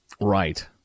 Right